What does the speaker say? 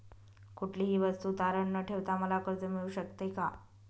कुठलीही वस्तू तारण न ठेवता मला कर्ज मिळू शकते का?